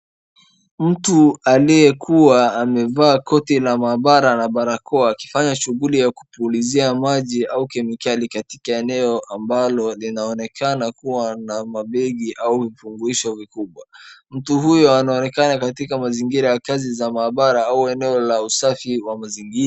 Mtu aliyekuwa amevaa koti la mahabara na barakoa akifanya shughuli ya kupulizia maji au kemikali katika eneo ambalo linaonekana kuwa na mabegi au vifunguisho vikubwa. Mtu huyo anaonekana katika mazingira ya kazi za mahabara au eneo la usafi wa mazingira.